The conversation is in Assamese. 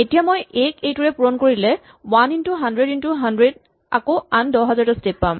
এতিয়া মই এ ক এইটোৰে পূৰণ কৰিলে one into hundred into hundred আকৌ আন দহহাজাৰটা স্টেপ পাম